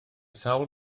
sawl